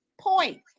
Point